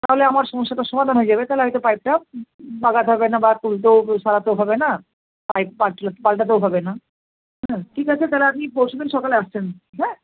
তাহলে আমার সমস্যাটার সমাধান হয়ে যাবে তাহলে হয়তো পাইপটা বাগাতে হবে না বা খুলতেও সারাতেও হবে না পাইপ পালটাতেও হবে না ঠিক আছে তাহলে আপনি পরশু দিন সকালে আসছেন হ্যাঁ